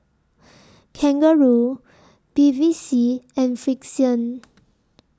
Kangaroo Bevy C and Frixion